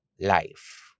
life